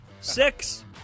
Six